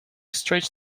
stretch